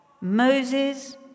Moses